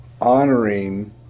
honoring